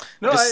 No